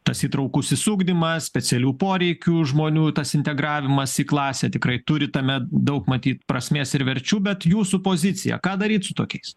tas įtraukusis ugdymas specialių poreikių žmonių tas integravimas į klasę tikrai turi tame daug matyt prasmės ir verčių bet jūsų pozicija ką daryt su tokiais